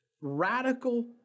radical